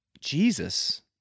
Jesus